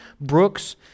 brooks